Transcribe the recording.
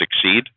succeed